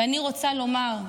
ואני רוצה לומר,